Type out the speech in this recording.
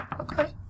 Okay